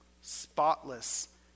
spotless